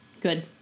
Good